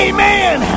Amen